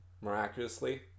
miraculously